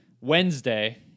Wednesday